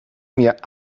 mir